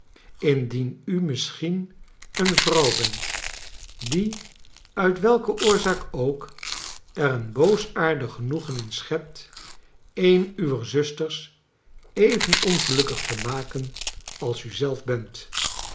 indien u misschien een vrouw bent die uit welke oorzaak ook er een boosaardig genoegen in schept een uwer zusters even ongelukkig te maken als u zelf bent